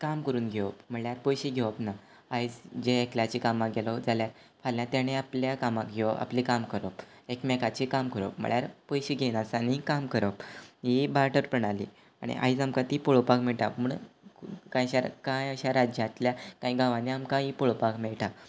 काम कोरून घेवोप म्हळ्ळ्यार पयशे घेवोप ना आयज जे एकल्याचे कामाक गेलो जाल्या फाल्यां तेणें आपल्या कामाक यो आपलें काम करप एकमेकाचें काम करप म्हळ्ळ्यार पयशे घेनासतना आनी काम करप ही बार्टर प्रणाली आणी आयज आमकां ती पळोवपाक मेळटा म्हण कांयशा रा कांय अशा राज्यांतल्या कांय गांवानी आमकां ही पळोवपाक मेळटा